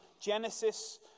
Genesis